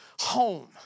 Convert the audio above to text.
home